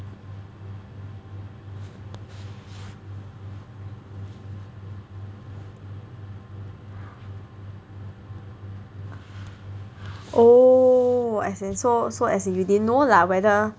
oh as in so so as in you didn't know lah whether